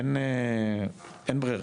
אין ברירה.